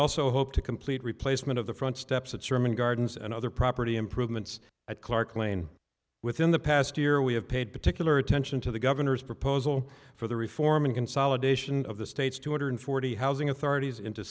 also hope to complete replacement of the front steps at sermon gardens and other property improvements at clark lane within the past year we have paid particular attention to the governor's proposal for the reform in consolidation of the state's two hundred forty housing authorities into